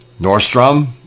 Nordstrom